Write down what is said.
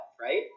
Right